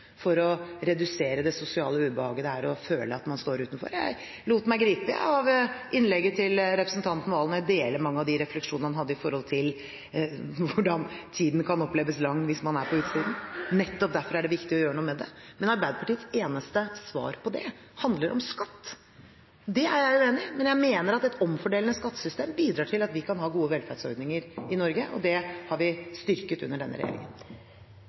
for å redusere det sosiale ubehaget det er å føle at man står utenfor. Jeg lot meg gripe av innlegget til representanten Serigstad Valen, og jeg deler mange av de refleksjonene han hadde rundt hvordan tiden kan oppleves lang hvis man er på utsiden. Nettopp derfor er det viktig å gjøre noe med det. Men Arbeiderpartiets eneste svar på det handler om skatt. Det er jeg uenig i. Men jeg mener at et omfordelende skattesystem bidrar til at vi kan ha gode velferdsordninger i Norge, og det har vi styrket under denne regjeringen.